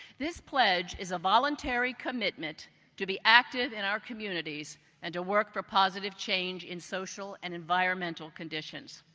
this pledge is a voluntary commitment to be active in our communities and to work for positive change in social and environmental conditions.